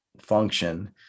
function